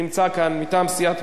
שנמצא כאן מטעם סיעת מרצ,